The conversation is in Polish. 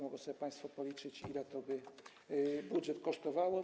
Mogą sobie państwo policzyć, ile to by budżet kosztowało.